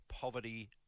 poverty